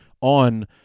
on